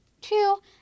two